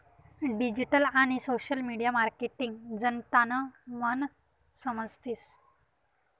digital आणि social media marketing जनतानं मन समजतीस